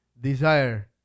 desire